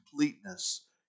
completeness